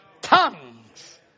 tongues